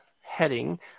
heading